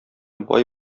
бай